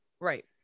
Right